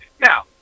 Now